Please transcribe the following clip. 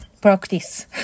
practice